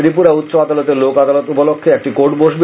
ত্রিপুরা উষ্চ আদালতে লোক আদালত উপলক্ষ্যে একটি কোর্ট বসবে